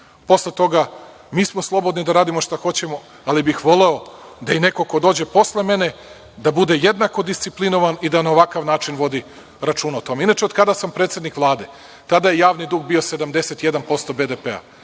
Posle toga mi smo slobodni da radimo šta hoćemo, ali bih voleo da i neko ko dođe posle mene bude jednako disciplinovan i da na ovakav način vodi računa o tome. Inače, od kada sam predsednik Vlade tada je javni dug bio 71% BDP-a,